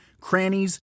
crannies